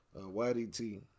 YDT